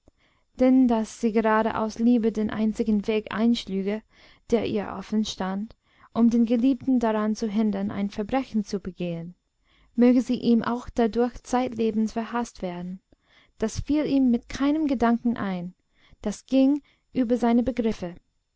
denn daß sie gerade aus liebe den einzigen weg einschlüge der ihr offen stand um den geliebten daran zu hindern ein verbrechen zu begehen möge sie ihm auch dadurch zeitlebens verhaßt werden das fiel ihm mit keinem gedanken ein das ging über seine begriffe